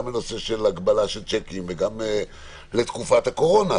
גם בנושא הגבלת צ'קים וגם לתקופת הקורונה,